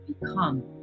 become